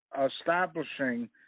establishing